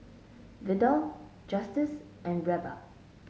Vidal Justice and Reba